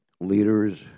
leaders